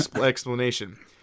explanation